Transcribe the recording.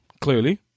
clearly